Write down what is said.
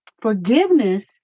Forgiveness